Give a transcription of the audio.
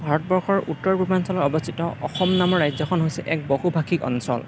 ভাৰতবৰ্ষৰ উত্তৰ পূৰ্বাঞ্চলত অৱস্থিত অসম নামৰ ৰাজ্যখন হৈছে এক বহুভাষিক অঞ্চল